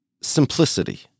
simplicity